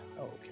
Okay